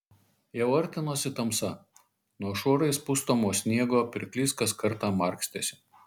jau artinosi tamsa nuo šuorais pustomo sniego pirklys kas kartą markstėsi